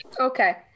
okay